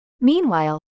Meanwhile